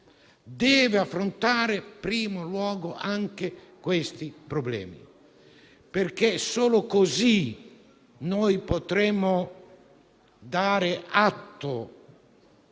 che affronti in primo luogo anche questi problemi. Solo così potremo dare atto